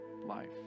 life